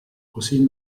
così